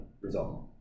result